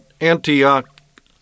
Antioch